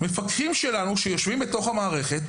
מפקחים שיושבים בתוך המערכת